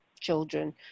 children